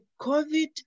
COVID